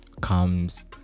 comes